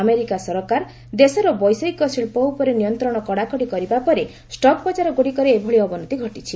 America ସରକାର ଦେଶର ବୈଷୟିକ ଶିଳ୍ପ ଉପରେ ନିୟନ୍ତ୍ରଣ କଡ଼ାକଡ଼ି କରିବା ପରେ ଷକ୍ ବଜାରଗୁଡ଼ିକରେ ଏଭଳି ଅବନତି ଘଟିଛି